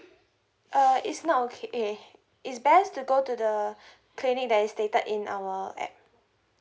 uh it's not okay it's best to go to the clinic that is stated in our app